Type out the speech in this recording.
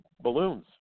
balloons